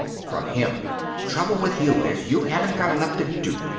from him trouble with you is you haven't got enough to do.